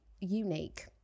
unique